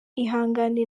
ihangane